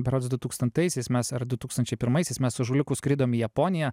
berods du tūkstantaisiais mes ar du tūkstančiai pirmaisiais mes su ąžuoliuku skridom į japoniją